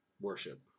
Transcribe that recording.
worship